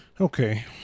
Okay